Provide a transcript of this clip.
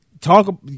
talk